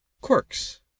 quirks